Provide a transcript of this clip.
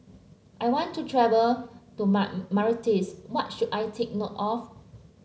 I want to travel to Mar Mauritius what should I take note of